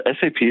SAP